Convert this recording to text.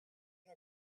not